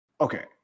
Okay